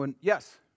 Yes